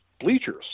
bleachers